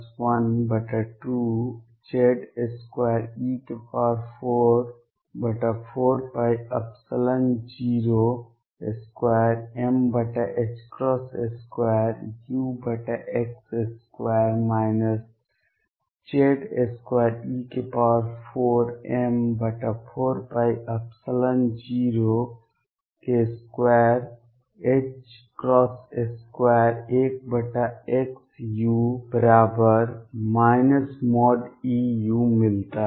u मिलता है